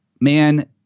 Man